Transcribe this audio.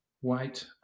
white